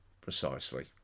Precisely